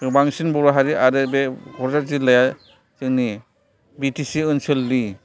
गोबांसिन बर' हारि आरो बे क'क्राझार जिल्लाया जोंनि बि टि सि ओनसोलनि